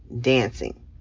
dancing